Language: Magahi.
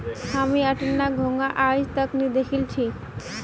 हामी अट्टनता घोंघा आइज तक नी दखिल छि